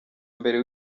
mbere